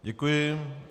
Děkuji.